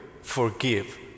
forgive